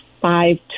five